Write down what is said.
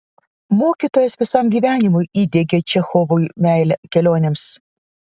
mokytojas visam gyvenimui įdiegė čechovui meilę kelionėms